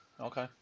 Okay